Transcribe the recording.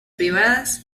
privadas